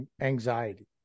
anxiety